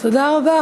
תודה רבה.